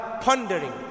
pondering